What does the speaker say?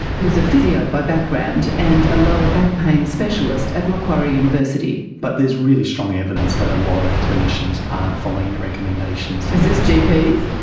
who's a physio by background and a lower back pain specialist at macquarie university. but there's really strong evidence that a lot of clinicians aren't following the recommendations. is this gps?